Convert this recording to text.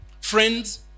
Friends